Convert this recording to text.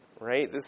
Right